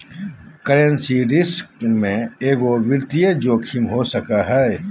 currency risk भी एगो वित्तीय जोखिम हो सको हय